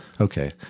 Okay